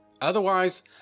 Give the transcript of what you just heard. Otherwise